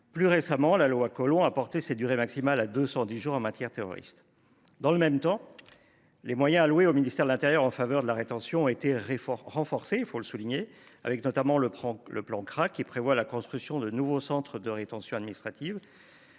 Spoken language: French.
Plus récemment, la loi Collomb du 10 septembre 2018 a porté cette durée maximale à 210 jours en matière terroriste. Dans le même temps, les moyens alloués au ministère de l’intérieur en faveur de la rétention ont été renforcés, avec notamment le plan CRA, qui prévoit la construction de nouveaux centres de rétention administrative